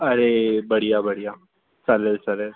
अरे बढिया बढिया चालेल चालेल